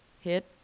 hit